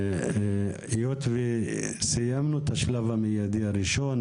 אז היות וסיימנו את השלב המיידי הראשון,